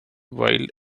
wild